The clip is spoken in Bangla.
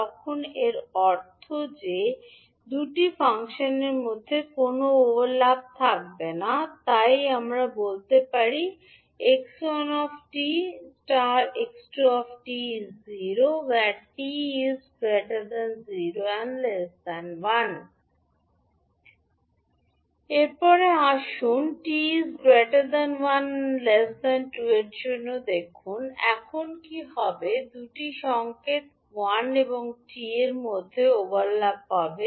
তখন এর অর্থ এই যে দুটি ফাংশনের মধ্যে কোনও ওভারল্যাপ থাকবে না তাই আমরা কী বলতে পারি আমরা বলি 𝑥1𝑡 ∗ 𝑥2𝑡 0 0 𝑡 1 এর পরে আসুন 1 𝑡 2 এর জন্য দেখুন এখন কী হবে দুটি সংকেত 1 এবং t এর মধ্যে ওভারল্যাপ হবে